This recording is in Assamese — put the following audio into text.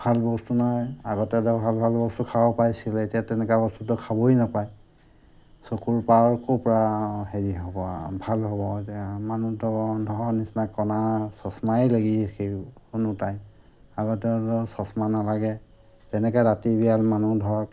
ভাল বস্তু নাই আগতে ধৰ ভাল ভাল বস্তু খাবলৈ পাইছিলে এতিয়া তেনেকুৱা বস্তুটো খাবলৈ নাপায় চকুৰ পাৱাৰ ক'ৰ পৰা হেৰি হ'ব ভাল হ'ব এতিয়া মানুহটো ধৰ নিচিনা কণা চচমাই লাগিছিল কোনো এটাই আগতেনো চচমা নালাগে তেনেকৈ ৰাতি বিয়লি মানুহ ধৰ